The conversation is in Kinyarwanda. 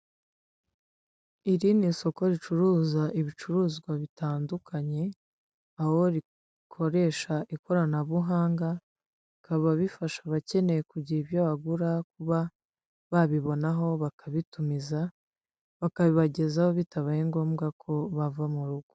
Iri ni isoko ricuruza ibicuruzwa bitandukanye aho rikoresha ikoranabuhanga ribikaba bifasha abakeneye kugira ibyo bagura kuba babibonaho bakabitumiza bakabi bagezaho bitabaye ngombwa ko bava mu rugo.